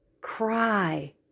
Cry